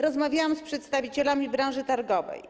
Rozmawiałam z przedstawicielami branży targowej.